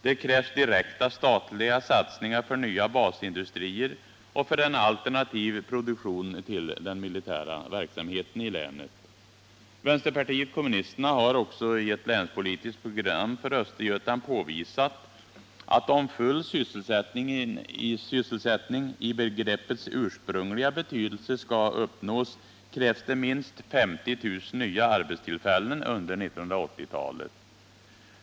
Det krävs direkta statliga satsningar för nya basindustrier och för en alternativ produktion när det gäller den militära verksamheten i länet. Vänsterpartiet kommunisterna har också i ett länspolitiskt program för Östergötland påvisat att om full sysselsättning i begreppets ursprungliga betydelse skall uppnås, krävs det minst 50 000 nya arbetstillfällen under 1980-talet.